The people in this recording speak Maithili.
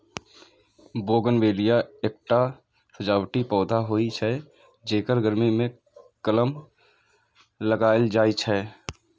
बोगनवेलिया एकटा सजावटी पौधा होइ छै, जेकर गर्मी मे कलम लगाएल जाइ छै